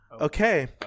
Okay